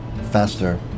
faster